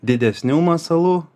didesnių masalų